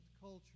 culture